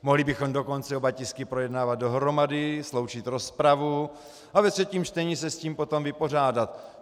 Mohli bychom dokonce oba tisky projednávat dohromady, sloučit rozpravu a ve třetím čtení se s tím potom vypořádat.